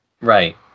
Right